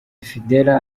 fidela